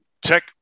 tech